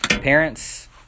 parents